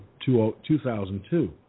2002